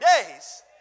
days